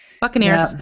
Buccaneers